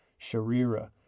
sharira